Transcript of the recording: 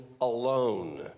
alone